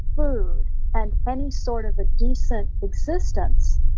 food and any sort of a decent existence,